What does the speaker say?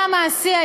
והמעשי,